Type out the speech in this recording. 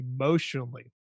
emotionally